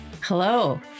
Hello